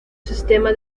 sistema